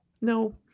No